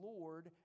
Lord